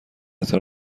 تان